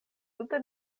tute